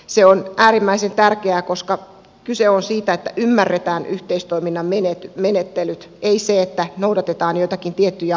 se on äärimmäisen tärkeää koska kyse on siitä että ymmärretään yhteistoiminnan menettelyt ei siitä että noudatetaan joitakin tiettyjä aikarajoja tai muotoja